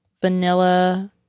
vanilla